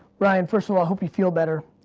ryan, first of all, hope you feel better.